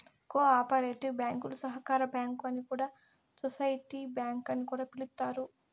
co operative బ్యాంకులు సహకార బ్యాంకు అని సోసిటీ బ్యాంక్ అని పిలుత్తారు